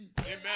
Amen